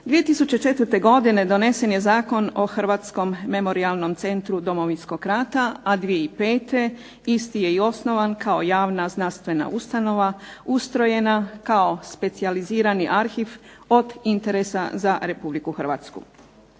2004. donesen je Zakon o Hrvatskom memorijalnom centru Domovinskog rata a 2005. isti je i osnovan kao javna znanstvena ustanova ustrojena kao specijalizirani arhiv od interesa za Republiku Hrvatsku.